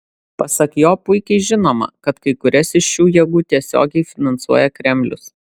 pasak jo puikiai žinoma kad kai kurias iš šių jėgų tiesiogiai finansuoja kremlius